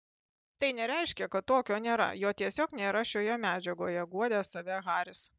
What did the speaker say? tai nereiškia kad tokio nėra jo tiesiog nėra šioje medžiagoje guodė save haris